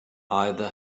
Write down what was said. either